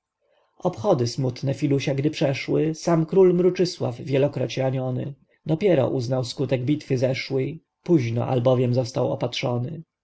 obchody smutne filusia gdy przeszły sam król mruczysław wielekroć raniony dopiero uznał skutek bitwy zeszłj późno albowiem został opatrzony